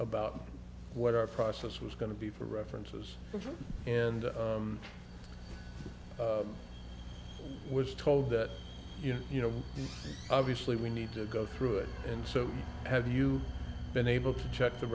about what our process was going to be for references and was told that you know obviously we need to go through it and so have you been able to check the